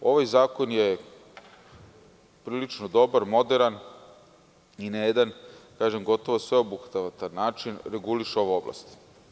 Ovaj zakon je prilično dobar, moderan i na jedan gotovo sveobuhvatan način reguliše ovu oblast.